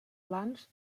plans